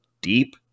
deep